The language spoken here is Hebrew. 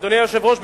אדוני היושב-ראש,